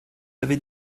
avez